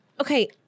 okay